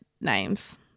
names